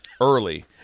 early